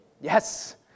Yes